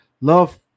love